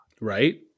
Right